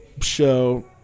show